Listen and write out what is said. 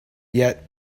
yet